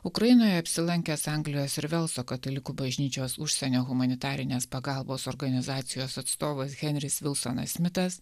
ukrainoje apsilankęs anglijos ir velso katalikų bažnyčios užsienio humanitarinės pagalbos organizacijos atstovas henris vilsonas smitas